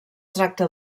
tracta